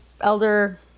Elder